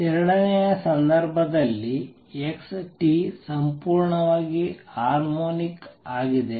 ಎರಡನೆಯ ಸಂದರ್ಭದಲ್ಲಿ x ಸಂಪೂರ್ಣವಾಗಿ ಹಾರ್ಮೋನಿಕ್ಸ್ ಆಗಿದೆ